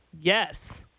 Yes